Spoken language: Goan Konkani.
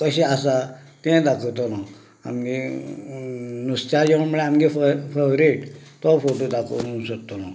कशें आसा ते दाखयतलो आमगें नुस्त्यां जेवण म्हणल्यार आमगें फेव फेवरेट तो फोटो दाखोवंक शकतलो